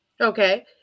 Okay